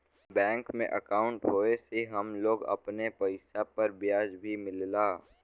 bank में अंकाउट होये से हम लोग अपने पइसा पर ब्याज भी मिलला